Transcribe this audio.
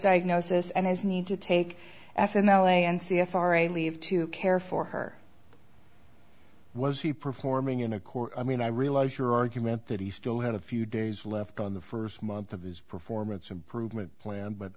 diagnosis and his need to take f and the l a n c authority leave to care for her was he performing in a court i mean i realize your argument that he still had a few days left on the first month of his performance improvement plan but